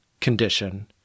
condition